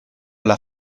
alla